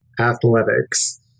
Athletics